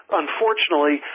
unfortunately